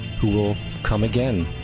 who will come again,